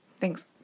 Thanks